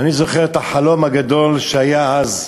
אני זוכר את החלום הגדול שהיה אז,